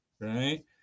right